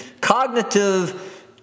cognitive